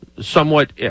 somewhat